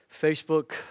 Facebook